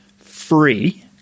free